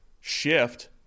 shift